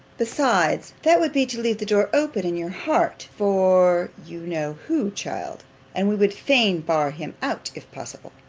besides, that would be to leave the door open in your heart for you know who, child and we would fain bar him out, if possible.